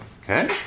Okay